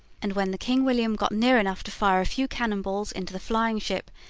and when the king william got near enough to fire a few cannon balls into the flying ship,